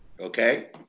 Okay